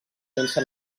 sense